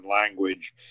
language